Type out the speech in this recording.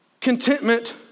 Contentment